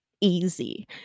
easy